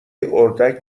اردک